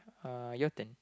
uh your turn